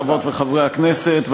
חברות וחברי הכנסת,